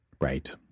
Right